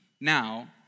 now